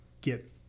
get